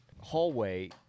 hallway